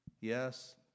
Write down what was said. Yes